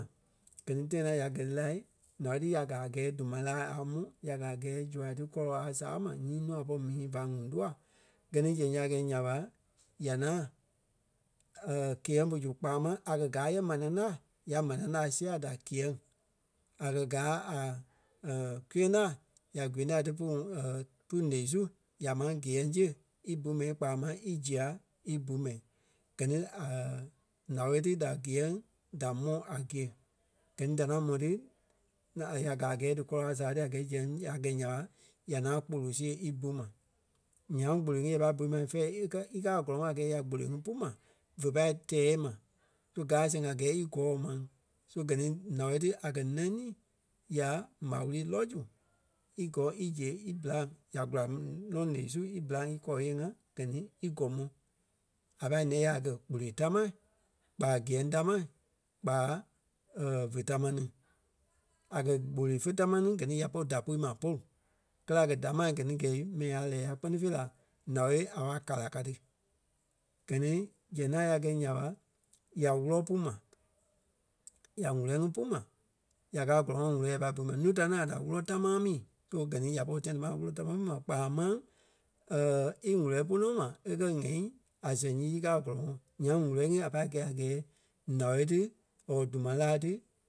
gɛ ní tãi ŋaŋ ya gɛ́ ti la ǹao ti ya gaa a gɛɛ dùma laa a mɔ́, ya gaa a gɛɛ zua ti kɔlɔ a sàa ma nyii nuu a pɔri mii vá ŋuŋ tua. Gɛ ni zɛŋ ya gɛi nya ɓa ya ŋaŋ kiyɛŋ pú zu kpaa máŋ a kɛ̀ gáa yɛ manaa láa, ya manaa láa sia da kíyɛŋ. A kɛ̀ gaa a kwiyeŋ láa. Ya kwiyeŋ laa ti pú pu ǹeɣii su ya máŋ kiyɛŋ zi í bú mɛi kpaa máŋ ízia í bu mɛi. Gɛ ni ǹao ti da kíyɛŋ da mɔ́ a gîe. Gɛ ni da ŋaŋ mɔ́ ti ŋaŋ- ya gaa a gɛɛ dí kɔlɔ a sàa ti a gɛɛ zɛŋ ya gɛ́ nya ɓa, ya ŋaŋ kpolo siɣe í bu ma. Nyaŋ gboloi ŋí ya pâi bui ma fɛ̂ɛ í kɛ̀ í káa a gɔ́lɔŋɔɔ a gɛɛ ya gboloi ŋí pu ma fé pai tɛɛ ma. Gáa a sɛŋ a gɛɛ gɔ̀ɔŋ maŋ. So gɛ ni ǹao ti a kɛ̀ nɛŋ nii ya m̀á wúru lɔ́ zu í gɔ̀ɔŋ íziɣe íbîlaŋ ya gula nɔ ǹeɣii íbîlaŋ íkɔɔ yée-ŋa gɛ ni í gɔmɔ. A pâi lɛ́ ya a kɛ̀ gboloi támaa kpa kíyɛŋ tamaa kpaa ve tamaa ni. A kɛ̀ gboloi fé tamaa ní gɛ ni ya pɔri da pui ma polu. Kɛ́lɛ a kɛ̀ damaa kɛ ni gɛ̂i mɛni a lɛ́ɛ ya kpɛ́ni fêi la ǹao a wa kàla ka ti. Gɛ ni zɛŋ ŋaŋ ya gɛi nya ɓa, ya wúlɔ pu ma. Ya ŋ̀úlɔi ŋí pu ma ya káa a gɔ́lɔŋɔɔ ŋ̀úlɔ ya pâi bui ma. Nuu ta ni ŋai da wúlɔ támaa mii. Polu gɛ ni ya pɔri tãi tamaa wúlɔ tamaa bui ma kpaa máŋ í ŋ̀úlɔi pu nɔ ma e kɛ̀ ŋ̀ɛi a sɛŋ nyii í káa a gɔlɔŋɔɔ nyaŋ ŋ̀úlɔi ŋí a pâi gɛi a gɛɛ ǹao ti or dùma láa ti